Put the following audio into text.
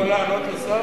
אני יכול לענות לשר?